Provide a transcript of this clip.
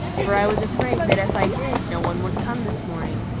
for i was afraid that if i did no one would come this morning.